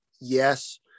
Yes